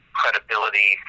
credibility